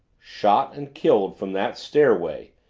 shot and killed from that stairway,